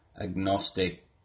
agnostic